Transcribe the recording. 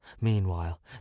Meanwhile